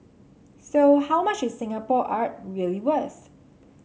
so how much is Singapore art really worth